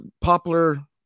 popular